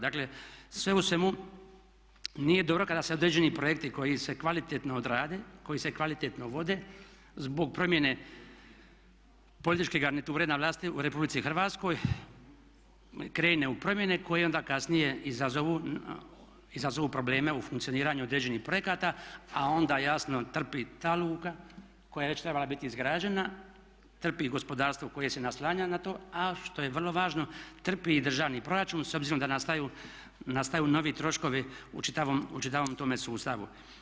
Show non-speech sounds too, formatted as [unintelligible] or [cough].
Dakle, sve u svemu nije dobro kada se određeni projekti koji se kvalitetno odrade, koji se kvalitetno vode zbog promjene političke garniture na vlasti u Republici Hrvatskoj krene u promjene koje onda kasnije izazovu probleme u funkcioniranju određenih projekata a onda jasno trpi … [unintelligible] koja je već trebala biti izgrađena, trpi i gospodarstvo koje se naslanja na to a što je vrlo važno trpi i državni proračun s obzirom da nastaju novi troškovi u čitavom tome sustavu.